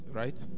right